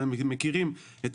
ואנחנו מכירים את